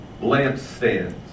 lampstands